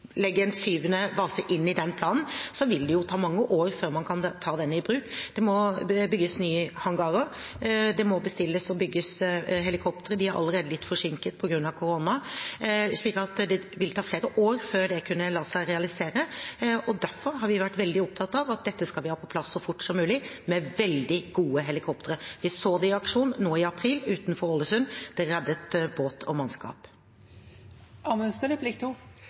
den planen, vil det jo ta mange år før man kan ta den i bruk. Det må bygges nye hangarer. Det må bestilles og bygges helikoptre. De er allerede litt forsinket på grunn av korona, slik at det ville ta flere år før det kunne la seg realisere. Derfor har vi vært veldig opptatt av å få på plass dette så fort som mulig – med veldig gode helikoptre. Vi så det i aksjon nå i april utenfor Ålesund. Det reddet båt og mannskap.